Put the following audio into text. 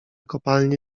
kopalnie